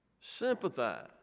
sympathize